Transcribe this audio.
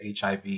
HIV